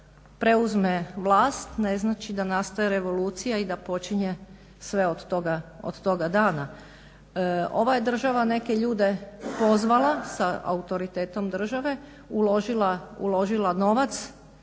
preuzme vlast ne znači da nastaje revolucija i da počinje sve od toga dana. Ova je država neke ljude pozvala sa autoritetom države, uložila novac